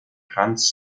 kranz